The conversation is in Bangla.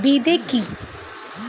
বিদে কি?